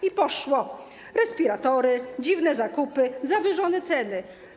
I poszło: respiratory, dziwne zakupy, zawyżone ceny.